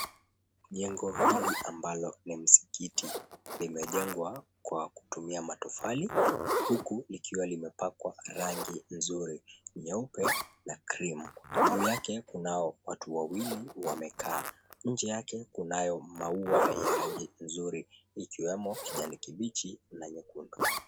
Jengo hili ambalo ni msikiti limejengwa kwa kutumia matofali huku ikiwa imepakwa rangi mzuri nyeupe na cream juu yake kunao watu wawili wanaokaa nje yake kuna maua ya rangi mzuri ikiwemo kijani kibichi na nyekundu.